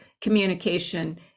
communication